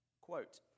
quote